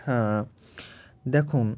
হ্যাঁ দেখুন